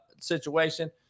situation